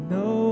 no